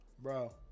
Bro